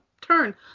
turn